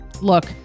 look